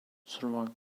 survive